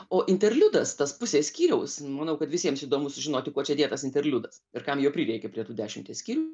o interliudas tas pusė skyriaus manau kad visiems įdomu sužinoti kuo čia dėtas interliudas ir kam jo prireikė prie tų dešimties skyrių